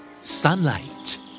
Sunlight